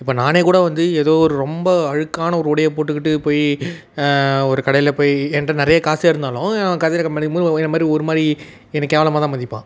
இப்போ நானே கூட வந்து ஏதோ ஒரு ரொம்ப அழுக்கான ஒரு உடையை போட்டுக்கிட்டு போய் ஒரு கடையில் போய் என்ட்ட நிறைய காசே இருந்தாலும் அவன் என்ன மாதிரி ஒரு மாதிரி என்னை கேவலமாக தான் மதிப்பான்